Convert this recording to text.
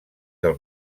del